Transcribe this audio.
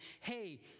hey